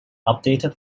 updated